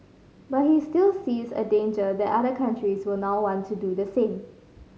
but he still sees a danger that other countries will now want to do the same